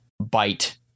bite